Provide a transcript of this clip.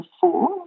four